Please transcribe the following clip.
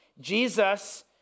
Jesus